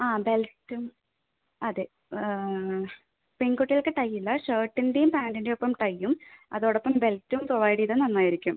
ആ ബെൽറ്റും അതെ പെൺകുട്ടികൾക്ക് ടൈ ഇല്ല ഷേർട്ടിൻ്റെയും പാൻറ്റിൻ്റെയും ഒപ്പം ടയ്യും അതോടൊപ്പം ബെൽറ്റും പ്രൊവൈഡ് ചെയ്താൽ നന്നായിരിക്കും